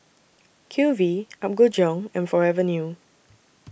Q V Apgujeong and Forever New